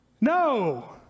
No